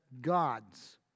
God's